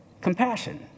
compassion